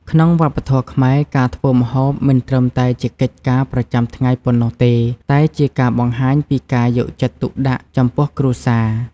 ក្នុងវប្បធម៌ខ្មែរ ការធ្វើម្ហូបមិនត្រឹមតែជាកិច្ចការប្រចាំថ្ងៃប៉ុណ្ណោះទេ តែជាការបង្ហាញពីការយកចិត្តទុកដាក់ចំពោះគ្រួសារ។